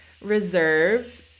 reserve